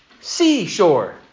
seashore